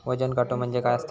वजन काटो म्हणजे काय असता?